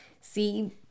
see